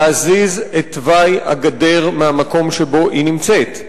להזיז את תוואי הגדר מהמקום שבו היא נמצאת.